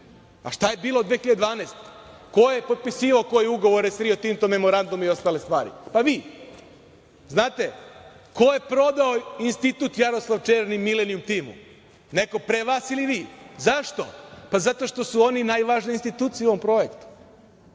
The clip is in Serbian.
A, šta je bilo 2012. godine? Ko je potpisivao koje ugovore sa Rio Tintom, memorandum i ostale stvari? Pa, vi. Znate, ko je prodao Institut „Jaroslav Černi“ Milenijum Timu? Neko pre vas ili vi? Zašto? Zato što su oni najvažnija institucija u ovom projektu.